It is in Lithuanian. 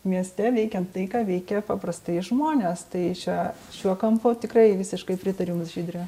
mieste veikiant tai ką veikia paprastai žmonės tai čia šiuo kampu tikrai visiškai pritariu jums žydre